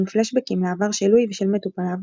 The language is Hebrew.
עם פלאשבקים לעבר של לואי ושל מטופליו,